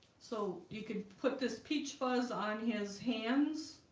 so you could put this peach fuzz on his hands